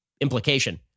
implication